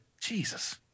jesus